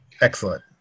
Excellent